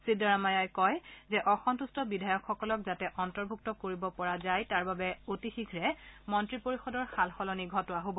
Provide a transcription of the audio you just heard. ছিন্দাৰাম্মায়াই কয় যে অসম্ভট্ট বিধায়কসকলক যাতে অন্তৰ্ভূক্ত কৰিব পৰা যায় তাৰ বাবে অতি শীঘ্ৰে মন্ত্ৰীপৰিষদৰ সালসলনি ঘটোৱা হ'ব